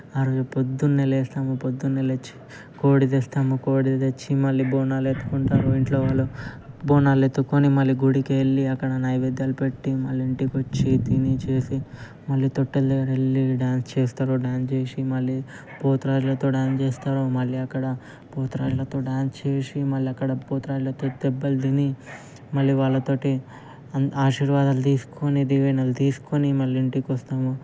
ఆరోజు పొద్దున్నే లేస్తాం పొద్దున్నే లేచి కోటి తెస్తాము కోటి తెచ్చి మళ్ళా బోనాలు ఎత్తుకుంటాము ఇంట్లో వాళ్ళు బోనాల ఎత్తుకొని మళ్ళీ గుడికి వెళ్ళి అక్కడ నైవేద్యాలు పెట్టి మళ్ళీ ఇంటికి వచ్చి తిని చేసి మళ్ళీతొట్టెల దగ్గరికి వెళ్ళీ డాన్స్ చేస్తారు డాన్స్ చేసి మళ్ళీ పోతురాజులతో డాన్స్ చేస్తారు మళ్ళీ అక్కడ పోతురాజులతో డాన్స్ చేసి మళ్ళీ అక్కడ పోతురాజులతో దెబ్బలు తిని మళ్ళీ వాళ్ళ తోటి ఆశీర్వాదాలు తీసుకొని దీవెనలు తీసుకొని మళ్ళీ ఇంటికి వస్తాము